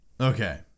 Okay